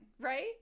right